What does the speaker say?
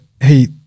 hey